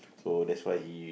so that's why he